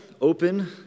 open